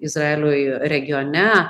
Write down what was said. izraeliui regione